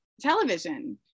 television